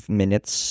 minutes